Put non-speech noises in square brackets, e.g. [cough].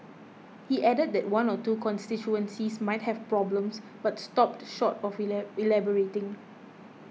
he added that one or two constituencies might have problems but stopped short of [unintelligible] elaborating